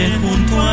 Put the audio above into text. junto